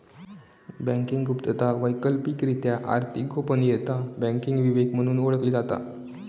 banking गुप्तता, वैकल्पिकरित्या आर्थिक गोपनीयता, बँकिंग विवेक म्हणून ओळखली जाता